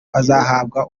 azahabwa